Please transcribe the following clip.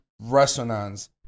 Resonance